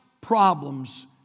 problems